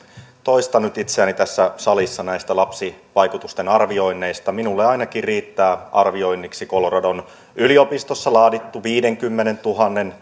toistan nyt itseäni tässä salissa näistä lapsivaikutusten arvioinneista minulle ainakin riittää arvioinniksi coloradon yliopistossa laadittu viidenkymmenentuhannen